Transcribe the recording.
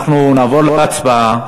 אנחנו נעבור להצבעה.